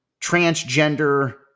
transgender